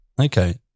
Okay